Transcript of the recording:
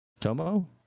Tomo